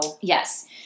Yes